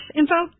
info